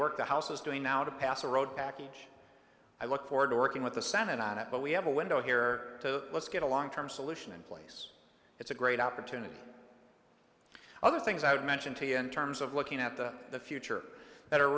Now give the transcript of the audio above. work the house is doing now to pass a road package i look forward to working with the senate on it but we have a window here to let's get a long term solution in place it's a great opportunity other things i would mention to you in terms of looking at the future that are